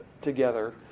together